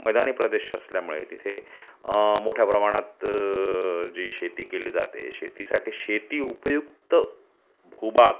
मैदानी प्रदेश असल्यामुळे तिथे मोठ्या प्रमाणात जी शेती केली जाते शेतीसाठी शेती उपयुक्त भूभाग